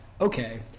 okay